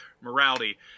morality